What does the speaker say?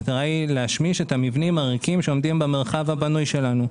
המטרה היא להשמיש את המבנים הריקים שעומדים במרחב הבנוי שלנו.